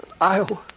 Iowa